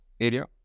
area